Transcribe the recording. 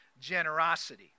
generosity